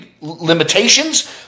limitations